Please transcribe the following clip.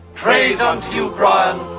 praise unto you, brian,